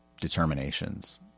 determinations